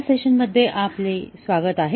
या सेशनमध्ये आपले स्वागत आहे